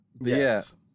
Yes